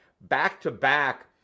back-to-back